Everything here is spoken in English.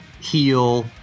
heal